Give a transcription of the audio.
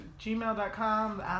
gmail.com